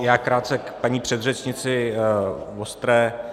Já krátce k paní předřečnici Vostré.